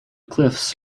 cliffs